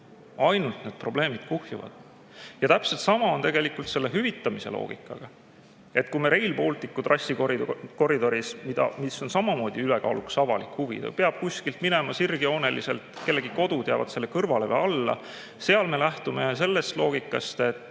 Need probleemid ainult kuhjuvad. Ja täpselt sama on tegelikult selle hüvitamise loogikaga. Kui me Rail Balticu trassikoridoris – seal on samamoodi ülekaalukas avalik huvi, see peab kuskilt minema sirgjooneliselt, kellegi kodu jääb selle kõrvale või alla – lähtume sellest loogikast, et